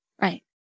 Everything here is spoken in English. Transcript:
Right